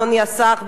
אדוני השר,